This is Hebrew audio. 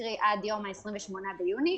קרי עד יום 28 ביוני.